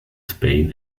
spain